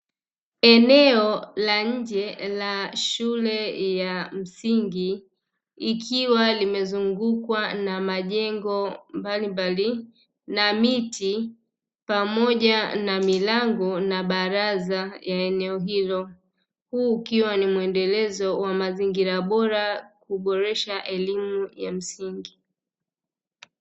Eneo la nje la shule ya msingi, ikiwa limezungukwa na majengo mbalimbali na miti pamoja na milango na baraza ya eneo hilo, huu ukiwa ni muendelezo wa mazingira bora kuboresha elimu ya msingi.